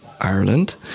Ireland